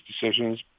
decisions